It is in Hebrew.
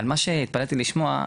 אבל מה שהתפלאתי לשמוע,